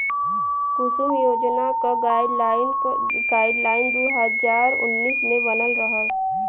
कुसुम योजना क गाइडलाइन दू हज़ार उन्नीस मे बनल रहल